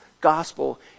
gospel